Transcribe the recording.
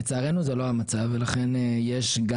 לצערנו זהו לא המצב.